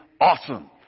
awesome